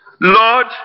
Lord